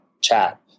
chat